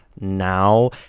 now